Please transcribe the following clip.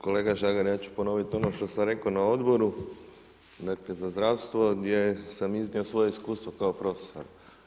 Kolega Žagar, ja ću ponoviti ono što sam rekao na Odboru za zdravstvo gdje sam iznio svoje iskustvo kao profesor.